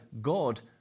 God